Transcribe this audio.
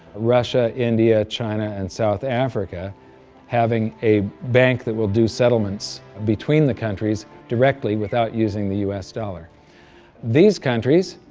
russia, india, china, and south africa having a bank that will do settlements between the countries directly without using the us dollar these countries,